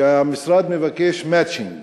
שהמשרד מבקש מצ'ינג